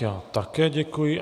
Já také děkuji.